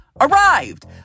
arrived